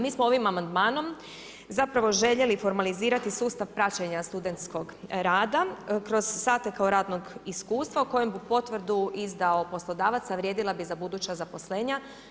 Mi smo ovim amandmanom zapravo željeli formalizirati sustav praćenja studentskog rada kroz sate kao radnog iskustva kojem bi potvrdu izdao poslodavac a vrijedila bi za buduća zaposlenja.